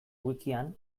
wikian